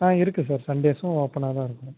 ஆ இருக்கு சார் சண்டேஸும் ஓப்பனாக தான் இருக்கும்